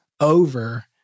over